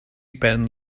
ben